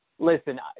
Listen